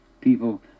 People